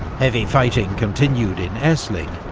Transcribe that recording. heavy fighting continued in essling,